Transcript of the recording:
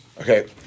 Okay